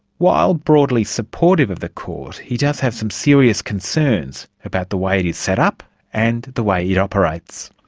while broadly supportive of the court, he does have some serious concerns about the way it is set up and the way it operates.